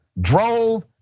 drove